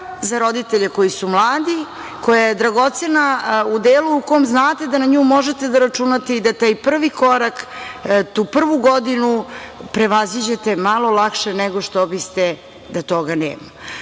za roditelje koji su mladi, koja je dragocena u delu u kom znate da na nju možete da računate i da taj prvi korak, tu prvu godinu prevaziđete malo lakše nego što biste da toga nema. Zato